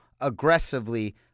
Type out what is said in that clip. aggressively